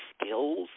skills